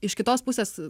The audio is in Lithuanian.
iš kitos pusės